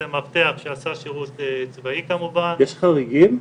זה מאבטח שעשה שירות צבאי כמובן --- יש חריגים?